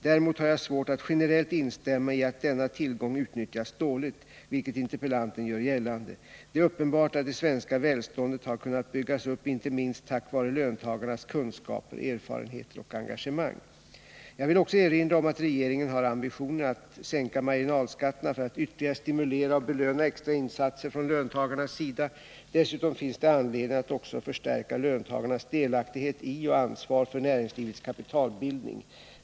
Däremot har jag svårt att generellt instämma i att denna tillgång utnyttjas dåligt, vilket interpellanten gör gällande. Det är uppenbart att det svenska välståndet har kunnat byggas upp inte minst tack vare löntagarnas kunskaper, erfarenheter och engagemang. Jag vill också erinra om att regeringen har ambitionen att sänka marginalskatterna, för att ytterligare stimulera och belöna extra insatser från löntagarnas sida. Dessutom finns det anledning att också förstärka löntagarnas delaktighet i och ansvar för näringslivets kapitalbildning.